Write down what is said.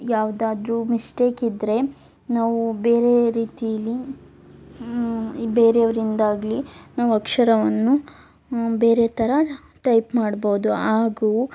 ಯಾವುದಾದ್ರೂ ಮಿಸ್ಟೇಕ್ ಇದ್ದರೆ ನಾವು ಬೇರೆ ರೀತಿಲಿ ಬೇರೆಯವರಿಂದಾಗಲೀ ನಾವು ಅಕ್ಷರವನ್ನು ಬೇರೆ ಥರ ಟೈಪ್ ಮಾಡ್ಬೋದು ಹಾಗೂ